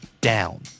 down